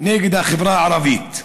נגד החברה הערבית.